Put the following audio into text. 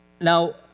Now